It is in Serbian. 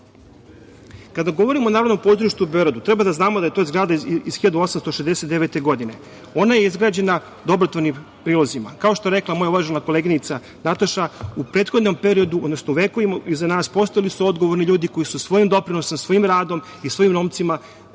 govorimo o Narodnom pozorištu u Beogradu, treba da znamo da je to zgrada iz 1869. godine, ona je izgrađena dobrotvornim prilozima, kao što je rekla moja uvažena koleginica Nataša u prethodnom periodu, odnosno vekovima iza nas postojali su odgovorni ljudi koji su svojim doprinosom, svojim radom i svojim novcima